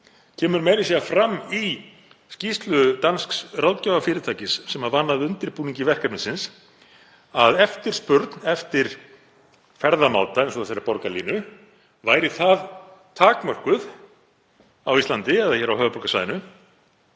kemur meira að segja fram í skýrslu dansks ráðgjafarfyrirtækis sem vann að undirbúningi verkefnisins, að eftirspurn eftir ferðamáta eins og þessari borgarlínu væri það takmörkuð á Íslandi eða hér á höfuðborgarsvæðinu